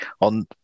on